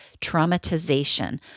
traumatization